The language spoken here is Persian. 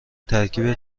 ترکیب